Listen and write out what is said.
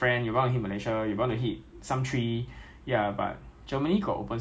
Singapore 可以 drive and fire but only blanks 因为你 fire 你 fire nothing mah